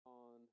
on